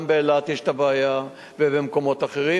גם באילת יש בעיה, ובמקומות אחרים.